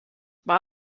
war